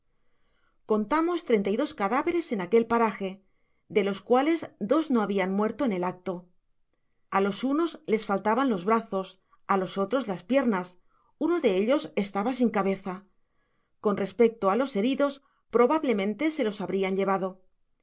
contamos treinta y dos cadáveres en aquel paraje de los cuales dos no habian muerto en el acto a los unos les faltaban los brazos á los otros las piernas uno de ellos estaba sin cabeza con respecto á los heridos probablemente se los habrian llevado